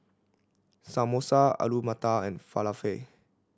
Samosa Alu Matar and Falafel